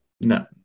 No